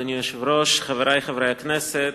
אדוני היושב-ראש, חברי חברי הכנסת,